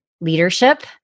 leadership